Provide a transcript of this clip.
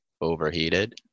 overheated